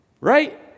right